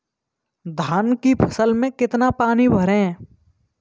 धान की फसल में कितना पानी भरें?